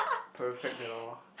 perfect at all